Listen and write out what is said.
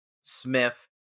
Smith